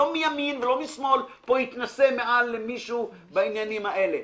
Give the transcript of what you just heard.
לא מימין ולא משמאל פה יתנשא מעל מישהו בעניינים האלה.